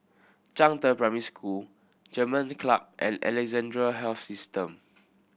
Zhangde Primary School German Club and Alexandra Health System